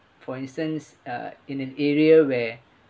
for instance uh in an area where